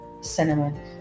cinnamon